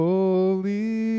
Holy